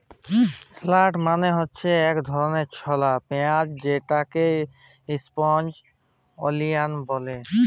shallot মালে হছে ইক ধরলের ছলা পিয়াঁইজ যেটাকে ইস্প্রিং অলিয়াল ব্যলে